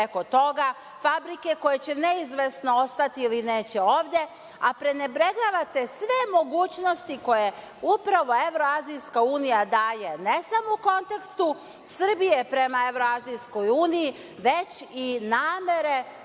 preko toga, fabrike koje će neizvesno ostati ili neće ostati ovde, a prenebregavate sve mogućnosti koje upravo Evroazijska unija daje ne samo u kontekstu Srbije prema Evroazijskoj uniji, već i namere